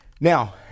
now